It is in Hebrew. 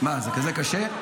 מה, זה כזה קשה?